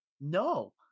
No